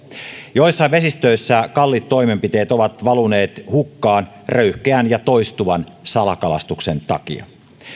joissain vesistöissä kalliit toimenpiteet ovat valuneet hukkaan röyhkeän ja toistuvan salakalastuksen takia